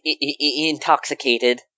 intoxicated